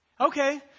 Okay